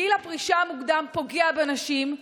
גיל הפרישה המוקדם פוגע בנשים.